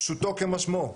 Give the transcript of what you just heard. פשוטו כמשמעו.